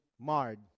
marred